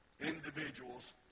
individuals